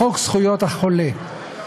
לחוק זכויות החולה,